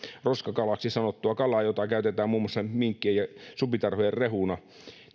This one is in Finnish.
roskakalaksi sanottua kalaa jota käytetään muun muassa minkkien ja supitarhojen rehuna